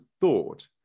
thought